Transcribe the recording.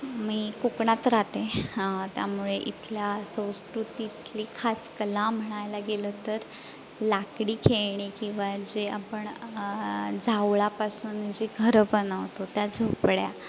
मी कोकणात राहते हां त्यामुळे इथल्या संस्कृतीतली खास कला म्हणायला गेलं तर लाकडी खेळणी किंवा जे आपण झावळापासून जी घरं बनवतो त्या झोपड्या